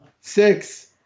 Six